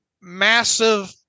massive